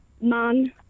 Man